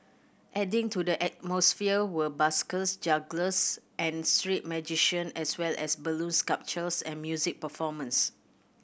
adding to the atmosphere were buskers jugglers and street magician as well as balloon sculptures and music performances